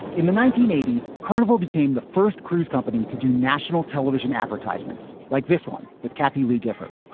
in the nineteen eighty s, carnival became the first cruise company to do national television advertisements like this one with kathie lee gifford